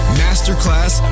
masterclass